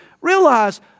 Realize